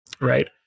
right